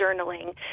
journaling